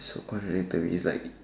so contradicting is like